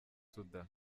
soudan